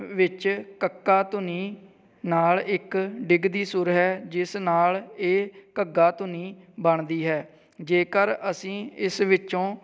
ਵਿੱਚ ਕੱਕਾ ਧੁਨੀ ਨਾਲ ਇੱਕ ਡਿੱਗਦੀ ਸੁਰ ਹੈ ਜਿਸ ਨਾਲ ਇਹ ਘੱਗਾ ਧੁਨੀ ਬਣਦੀ ਹੈ ਜੇਕਰ ਅਸੀਂ ਇਸ ਵਿੱਚੋਂ